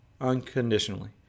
unconditionally